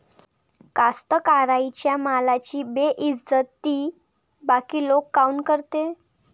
कास्तकाराइच्या मालाची बेइज्जती बाकी लोक काऊन करते?